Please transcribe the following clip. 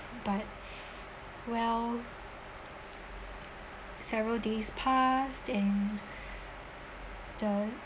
but well several days passed and the